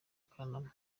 kanama